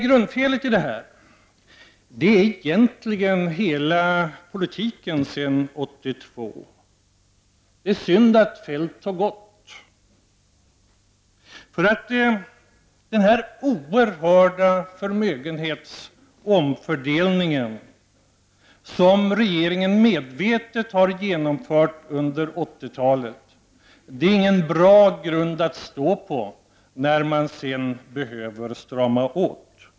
Grundfelet ligger egentligen i hela politiken sedan 1982. Det är synd att Feldt har lämnat kammaren. Den oerhörda förmögenhetsomfördelning som regeringen medvetet har genomfört under 1980-talet är ingen bra grund att stå på när man sedan behöver strama åt.